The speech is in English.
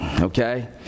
okay